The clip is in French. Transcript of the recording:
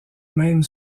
même